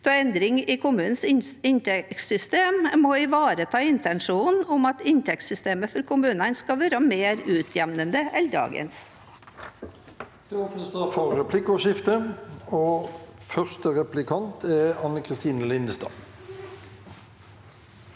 av endringer i kommunenes inntektssystem må ivareta intensjonen om at inntektssystemet for kommunene skal være mer utjevnende enn